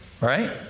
Right